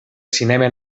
cinema